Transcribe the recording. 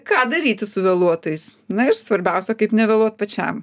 ką daryti su veluotojais na ir svarbiausia kaip nevėluot pačiam